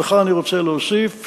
וכאן אני רוצה להוסיף,